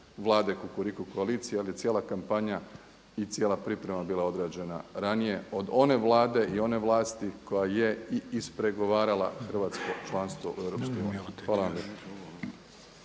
Vlade kukuriku koalicije, ali je cijela kampanja i cijela priprema bila odrađena ranije od one Vlade i one vlasti koja je i ispregovarala hrvatsko članstvo u Europskoj uniji. Hvala vam